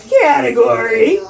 category